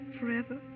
forever